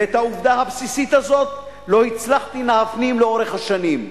ואת העובדה הבסיסית הזאת לא הצלחתי להפנים לאורך השנים.